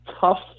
tough